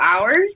hours